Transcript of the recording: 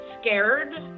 scared